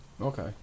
okay